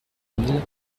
mille